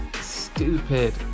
stupid